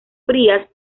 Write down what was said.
frías